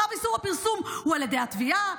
צו איסור הפרסום הוא על ידי התביעה,